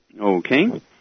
Okay